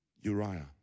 Uriah